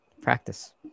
Practice